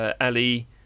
Ali